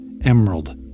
emerald